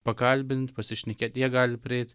pakalbint pasišnekėt jie gali prieit